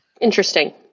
Interesting